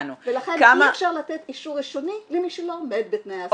ולכן אי אפשר לתת אישור ראשוני למי שלא עומד בתנאי הסף.